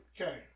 Okay